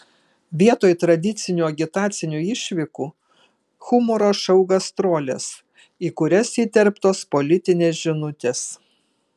vietoj tradicinių agitacinių išvykų humoro šou gastrolės į kurias įterptos politinės žinutės